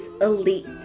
elite